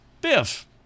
Biff